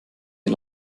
die